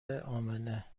امنه